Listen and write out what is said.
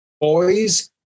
boys